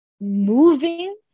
moving